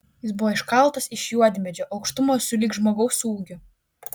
jis buvo iškaltas iš juodmedžio aukštumo sulig žmogaus ūgiu